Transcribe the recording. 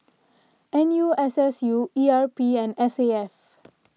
N U S S U E R P and S A F